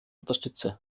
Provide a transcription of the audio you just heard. unterstütze